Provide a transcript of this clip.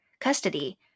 custody